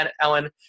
Ellen